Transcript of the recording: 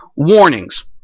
warnings